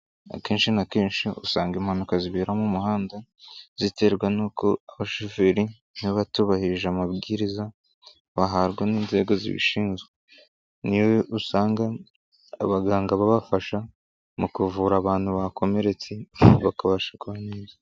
Akenshi na kenshi usanga impanuka zibera mu muhanda, ziterwa n'uko abashoferi baba batubahirije amabwiriza bahabwa n'inzego zibishinzwe. Niyo usanga abaganga babafasha mu kuvura abantu bakomeretse bakabasha kuba neza.